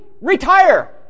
Retire